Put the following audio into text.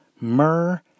myrrh